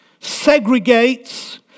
segregates